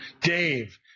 Dave